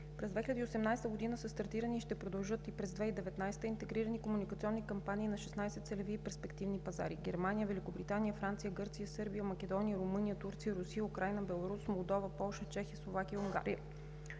През 2018 г. са стартирани и ще продължат и през 2019 г. интегрирани комуникационни кампании на 16 целеви и перспективни пазари – Германия, Великобритания, Франция, Гърция, Сърбия, Македония, Румъния, Турция, Русия, Украйна, Беларус, Молдова, Полша, Чехия, Словакия и Унгария.